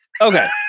Okay